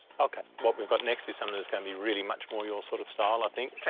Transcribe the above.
okay, what we've got next is something that's gonna be really much more your sort of style, i think.